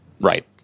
right